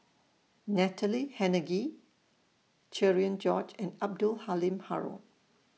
Natalie Hennedige Cherian George and Abdul Halim Haron